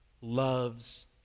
loves